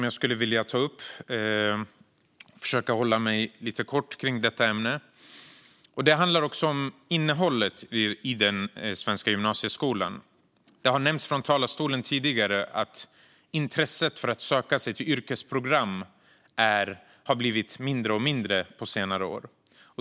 Jag ska ta upp ett annat ämne lite kort, och det handlar om innehållet i den svenska gymnasieskolan. Det har tidigare nämnts i talarstolen att intresset för att söka sig till yrkesprogram har blivit mindre och mindre på senare år.